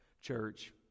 Church